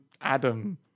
adam